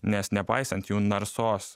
nes nepaisant jų narsos